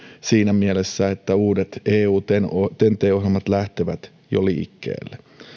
siinä mielessä että uudet eu ten ten t ohjelmat lähtevät jo liikkeelle